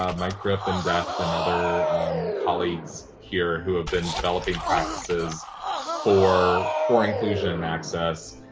um my crip, and deaf, and other colleagues here who have been developing practices for for inclusion and access.